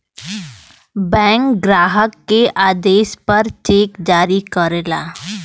bank ग्राहक के आदेश पर चेक जारी करला